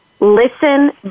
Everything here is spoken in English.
Listen